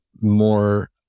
more